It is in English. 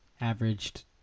Averaged